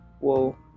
whoa